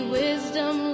wisdom